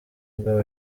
mugabo